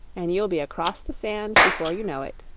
and you'll be across the sands before you know it.